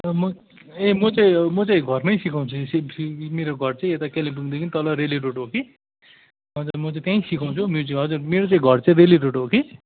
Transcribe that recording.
म ए म चाहिँ म चाहिँ घरमै सिकाउँछु मेरो घर चाहिँ यता कालिम्पोङदेखि तल रेली रोड हो कि हजुर म चाहिँ त्यहीँ सिकाउँछु म्युजिक मेरो चाहिँ घर चाहिँ रेली रोड हो कि